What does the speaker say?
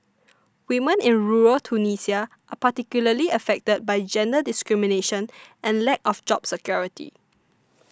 women in rural Tunisia are particularly affected by gender discrimination and lack of job security